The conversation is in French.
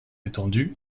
étendue